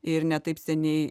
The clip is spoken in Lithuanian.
ir ne taip seniai